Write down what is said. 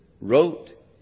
wrote